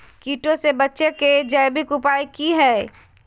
कीटों से बचे के जैविक उपाय की हैय?